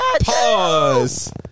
Pause